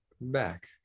back